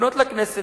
לפנות לכנסת